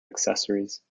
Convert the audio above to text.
accessories